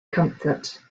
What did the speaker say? comfort